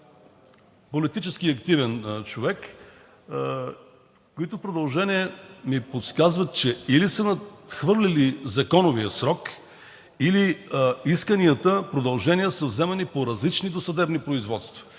политически активен човек, които продължения ми подсказват, че или са надхвърлили законовия срок, или исканията за продължения са вземани по различни досъдебни производства.